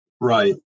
Right